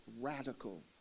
radical